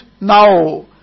now